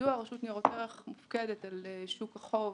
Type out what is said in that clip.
רשות ניירות ערך מופקדת על שוק החוב